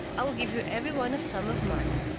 i will give you every one a sum of money.